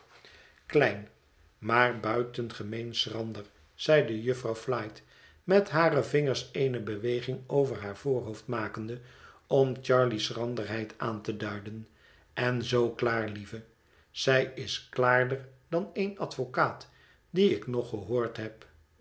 klein maar buitengemeen schrander zeide jufvrouw flite met hare vingers eene beweging over haar voorhoofd makende om charley's schranderheid aan te duiden en zoo klaar lieve zij is klaarder dan één advocaat dien ik nog gehoord heb